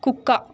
కుక్క